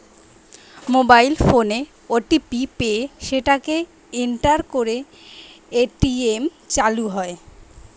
mobile ফোনে OTP পেয়ে সেটাকে এন্টার করে এ.টি.এম চালু হয়